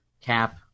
cap